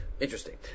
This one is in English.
Interesting